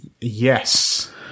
Yes